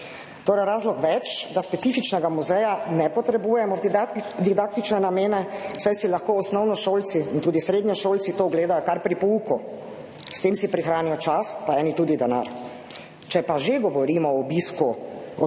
Torej razlog več, da specifičnega muzeja ne potrebujemo v didaktične namene, saj si lahko osnovnošolci in tudi srednješolci to ogledajo kar pri pouku, s tem si prihranijo čas pa eni tudi denar. Če pa že govorimo o obisku otrok,